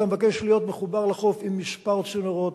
אתה מבקש להיות מחובר לחוף עם כמה צינורות,